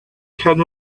can